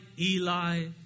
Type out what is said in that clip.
Eli